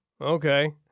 okay